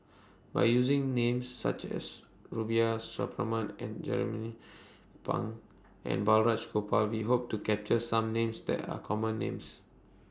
By using Names such as Rubiah Suparman Jernnine Pang and Balraj Gopal We Hope to capture Some Names The Common Names